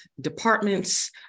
departments